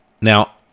Now